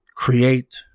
create